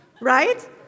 Right